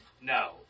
No